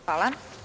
Hvala.